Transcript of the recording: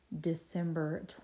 December